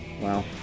Wow